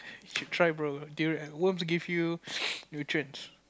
you should try bro durian worms give you nutrients